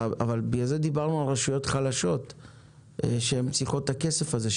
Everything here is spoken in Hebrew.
אבל בגלל זה דיברנו על רשויות חלשות שצריכות את הכסף הזה,